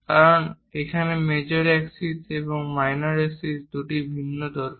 কারণ এখানে major axis এবং মাইনর অ্যাক্ষিস দুটি ভিন্ন দৈর্ঘ্যের